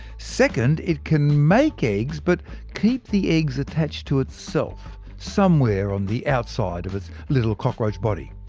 second, it can make eggs, but keep the eggs attached to itself, somewhere on the outside of its little cockroach body.